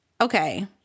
Okay